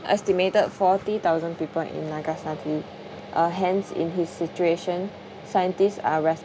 estimated forty thousand people in nagasaki uh hence in his situation scientists are